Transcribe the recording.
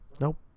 Nope